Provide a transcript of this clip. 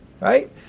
right